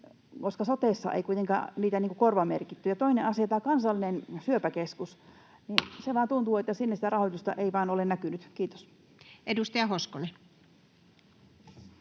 Sotessa ei kuitenkaan niitä korvamerkitty. Ja toinen asia on tämä Kansallinen syöpäkeskus. Tuntuu, että sinne sitä rahoitusta ei vain ole näkynyt. — Kiitos. [Speech